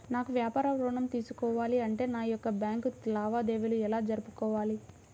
నాకు వ్యాపారం ఋణం తీసుకోవాలి అంటే నా యొక్క బ్యాంకు లావాదేవీలు ఎలా జరుపుకోవాలి?